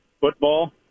football